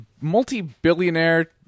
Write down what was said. multi-billionaire